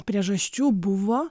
priežasčių buvo